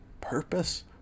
purpose